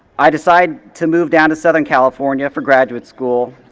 i decided to move down to southern california for graduate school.